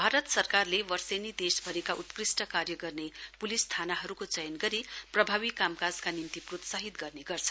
भारत सरकारले वर्षेनी देशभरिका उत्कृष्ट कार्य गर्ने प्लिस थानाहरूको चयन गरी प्रभावी कामकाजका निम्ति प्रोत्साहित गर्ने गर्छ